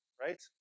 right